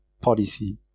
policy